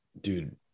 Dude